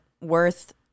worth